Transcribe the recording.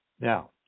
Now